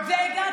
חבר